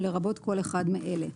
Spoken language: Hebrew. ולרבות כל אחד מאלה: